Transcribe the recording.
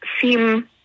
seem